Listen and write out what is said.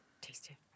Tasty